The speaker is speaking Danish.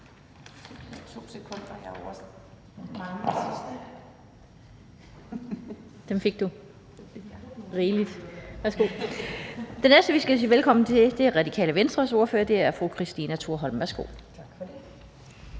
Den næste, vi skal sige velkommen til, er Radikale Venstres ordfører, fru Christina Thorholm. Værsgo.